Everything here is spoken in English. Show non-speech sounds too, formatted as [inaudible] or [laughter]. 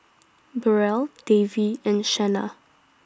[noise] Burrell Davy [noise] and Shenna